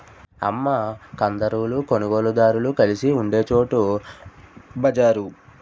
అమ్మ కందారులు కొనుగోలుదారులు కలిసి ఉండే చోటు బజారు